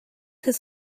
his